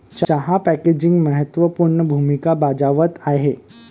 चहा पॅकेजिंग महत्त्व पूर्ण भूमिका बजावत आहे